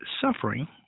suffering